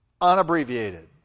unabbreviated